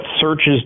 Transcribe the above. searches